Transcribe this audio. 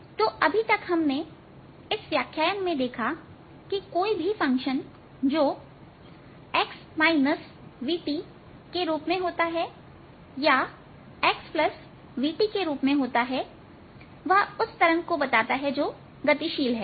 तो अभी तक हमने इस व्याख्यान में देखा कि कोई भी फंक्शन जो के रूप का होता है या xvt के रूप का होता है वह उस तरंग को बताता है जो गतिशील है